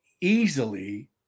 easily